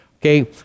okay